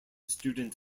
student